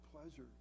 pleasure